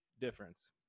difference